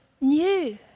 new